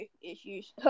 issues